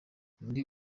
muri